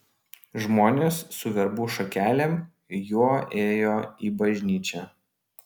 žmonės su verbų šakelėm juo ėjo į bažnyčią